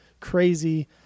crazy